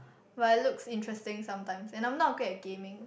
while it looks interesting sometimes and I'm not good at gaming